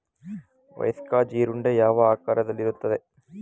ವಯಸ್ಕ ಜೀರುಂಡೆ ಯಾವ ಆಕಾರದಲ್ಲಿರುತ್ತದೆ?